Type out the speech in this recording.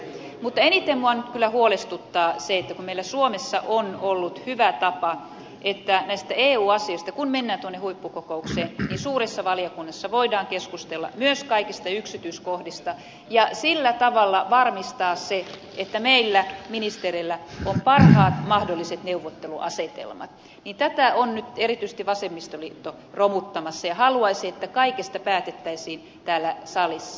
eniten minua nyt kyllä huolestuttaa se että kun meillä suomessa on ollut hyvä tapa että näistä eu asioista kun mennään tuonne huippukokoukseen suuressa valiokunnassa voidaan keskustella myös kaikista yksityiskohdista ja sillä tavalla voidaan varmistaa se että meillä ministereillä on parhaat mahdolliset neuvotteluasetelmat niin tätä on nyt erityisesti vasemmistoliitto romuttamassa ja haluaisi että kaikesta päätettäisiin täällä salissa